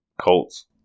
Colts